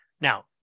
Now